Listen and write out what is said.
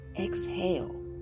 exhale